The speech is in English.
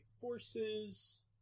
Forces